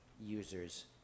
users